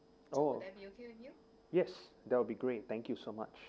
oh yes that will be great thank you so much